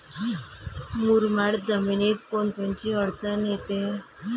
मुरमाड जमीनीत कोनकोनची अडचन येते?